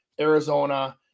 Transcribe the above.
Arizona